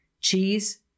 Cheese